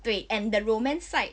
对 and the romance side